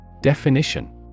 Definition